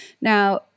Now